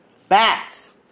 facts